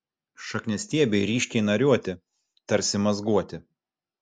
šakniastiebiai ryškiai nariuoti tarsi mazguoti